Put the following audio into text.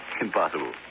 Impossible